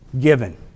given